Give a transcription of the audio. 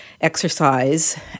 exercise